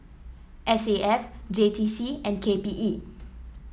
S A F J T C and K P E